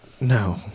No